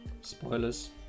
spoilers